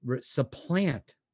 supplant